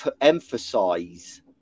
emphasize